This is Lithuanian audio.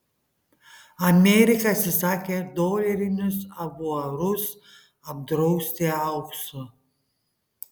amerika atsisakė dolerinius avuarus apdrausti auksu